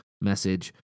message